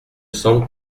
semble